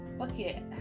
okay